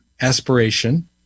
aspiration